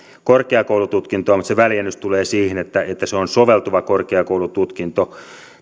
korkeakoulututkintoa mutta se väljennys tulee siihen että se on soveltuva korkeakoulututkinto